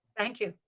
thank you.